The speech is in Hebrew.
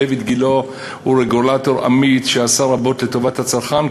דיויד גילה הוא רגולטור אמיץ שעשה רבות לטובת הצרכן,